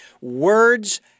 words